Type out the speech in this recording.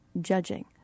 judging